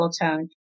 tone